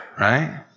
Right